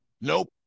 Nope